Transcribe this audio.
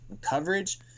coverage